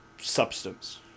substance